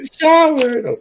shower